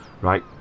right